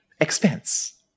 expense